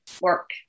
work